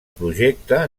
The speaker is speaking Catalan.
projecte